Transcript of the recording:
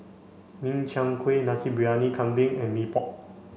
Min Chiang Kueh Nasi Briyani Kambing and Mee Pok